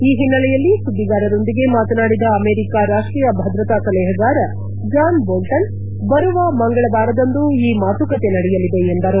ಈ ಹಿನ್ನೆಲೆಯಲ್ಲಿ ಸುದ್ದಿಗಾರರೊಂದಿಗೆ ಮಾತನಾಡಿದ ಅಮೆರಿಕಾ ರಾಷ್ಷೀಯ ಭದ್ರತಾ ಸಲಹೆಗಾರ ಜಾನ್ ಬೋಲ್ವನ್ ಬರುವ ಮಂಗಳವಾರದಂದು ಈ ಮಾತುಕತೆ ನಡೆಯಲಿದೆ ಎಂದರು